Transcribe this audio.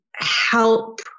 help